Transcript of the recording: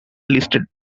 listed